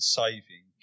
saving